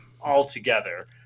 altogether